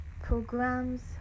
programs